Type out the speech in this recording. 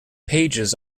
pages